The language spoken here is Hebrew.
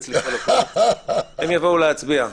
הם יבואו להצביע.